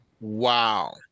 wow